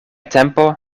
tempo